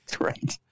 Right